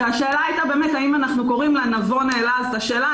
והשאלה הייתה נבון העלה אז את השאלה,